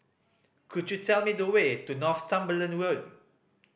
could you tell me the way to Northumberland Road